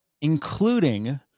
including